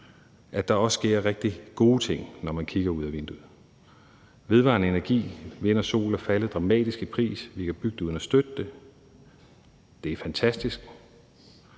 at der også sker rigtig gode ting, når man kigger ud af vinduet. Vedvarende energi fra vind og sol er faldet dramatisk i pris – vi kan bygge det uden at støtte det. Det er fantastisk.